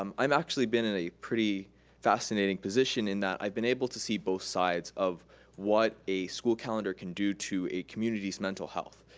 um um actually been in a pretty fascinating position in that i've been able to see both sides of what a school calendar can do to a community's mental health.